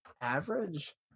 Average